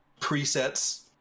presets